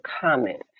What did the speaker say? comment